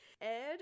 ed